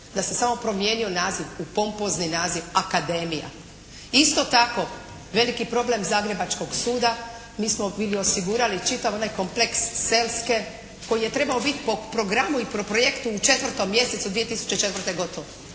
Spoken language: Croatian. Da se samo promijenio naziv u pompozni naziv: "akademija". Isto tako veliki problem zagrebačkog suda, mi smo bili osigurali čitav onaj kompleks Selske koji je trebao biti po programu i po projektu u 4. godine 2004. gotov